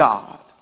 God